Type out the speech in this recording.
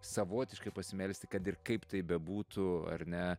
savotiškai pasimelsti kad ir kaip tai bebūtų ar ne